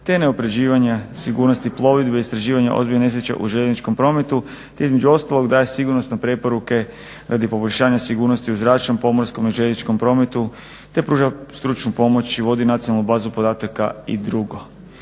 te unaprjeđivanja sigurnosti plovidbe, istraživanje ozbiljne nesreće u željezničkom prometu. Te između ostalog daje sigurnosne preporuke radi poboljšanja sigurnosti u zračnom, pomorskom i željezničkom prometu te pruža stručnu pomoć i vodi nacionalnu bazu podataka i drugo.